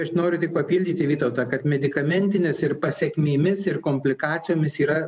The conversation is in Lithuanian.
aš noriu tik papildyti vytautą kad medikamentinis ir pasekmėmis ir komplikacijomis yra